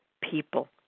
people